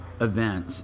event